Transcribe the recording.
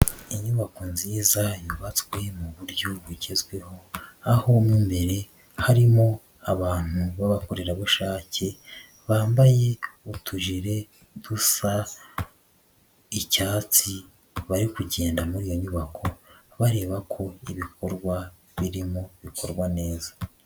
Inyubako nziza yubatswe mu buryo bugezweho, aho mo imbere harimo abantu b'abakorerabushake bambaye utujere dusa icyatsi, bari kugenda muri iyo nyubako bareba ko ibikorwa birimo bikorwa neza.